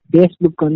Facebook